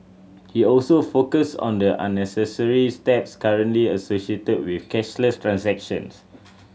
he also focused on the unnecessary steps currently associated with cashless transactions